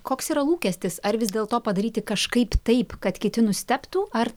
koks yra lūkestis ar vis dėlto padaryti kažkaip taip kad kiti nustebtų ar